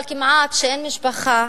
אבל כמעט שאין משפחה